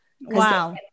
Wow